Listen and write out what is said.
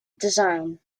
design